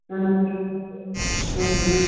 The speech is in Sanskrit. ह्म् ह्म्